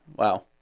wow